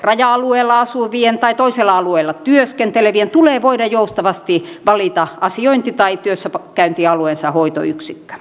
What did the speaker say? raja alueella asuvien tai toisella alueella työskentelevien tulee voida joustavasti valita asiointi tai työssäkäyntialueensa hoitoyksikkö